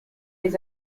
les